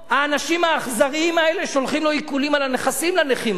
האנשים האכזריים האלה שולחים עיקולים על הנכסים לנכים האלה.